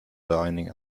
dining